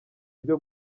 byo